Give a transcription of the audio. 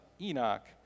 Enoch